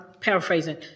paraphrasing